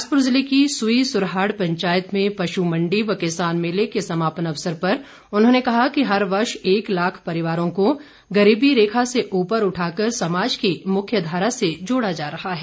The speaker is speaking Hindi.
बिलासपुर ज़िले की सुई सुरहाड़ पंचायत में पश् मंडी व किसान मेले के समापन अवसर पर उन्होंने कहा कि हर वर्ष एक लाख परिवारों को गरीबी रेखा से ऊपर उठाकर समाज की मुख्य धारा से जोड़ा जा रहा है